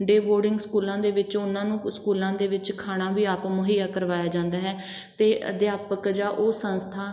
ਡੇ boarding ਸਕੂਲਾਂ ਦੇ ਵਿੱਚ ਉਹਨਾਂ ਨੂੰ ਅ ਸਕੂਲਾਂ ਦੇ ਵਿੱਚ ਖਾਣਾ ਵੀ ਆਪ ਮੁਹਈਆ ਕਰਵਾਇਆ ਜਾਂਦਾ ਹੈ ਅਤੇ ਅਧਿਆਪਕ ਜਾਂ ਉਹ ਸੰਸਥਾ